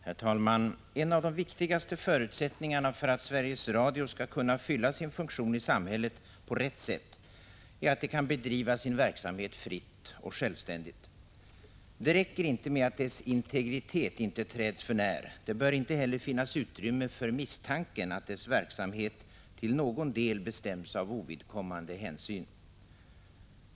Herr talman! En av de viktigaste förutsättningarna för att Sveriges Radio skall kunna fylla sin funktion i samhället på rätt sätt är att det kan bedriva sin verksamhet fritt och självständigt. Det räcker inte med att dess integritet inte träds för när. Det bör inte heller finnas utrymme för misstanken att dess verksamhet till någon del bestäms av ovidkommande hänsyn.